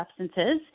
substances